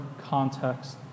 context